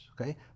okay